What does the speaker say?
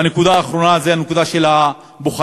והנקודה האחרונה היא הנקודה של הבוחנים.